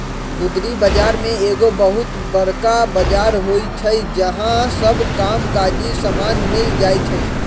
गुदरी बजार में एगो बहुत बरका बजार होइ छइ जहा सब काम काजी समान मिल जाइ छइ